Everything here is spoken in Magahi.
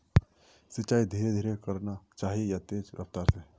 सिंचाई धीरे धीरे करना चही या तेज रफ्तार से?